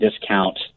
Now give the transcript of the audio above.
discount